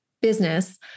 business